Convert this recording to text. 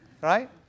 Right